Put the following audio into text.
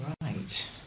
right